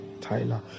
Tyler